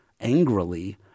angrily